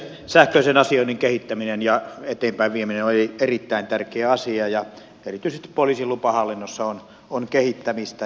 sähköisen asioinnin kehittäminen ja eteenpäinvieminen on erittäin tärkeä asia ja erityisesti poliisin lupahallinnossa on kehittämistä